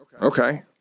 Okay